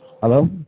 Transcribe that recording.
Hello